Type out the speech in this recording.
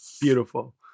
beautiful